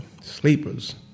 sleepers